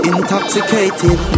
Intoxicated